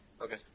Okay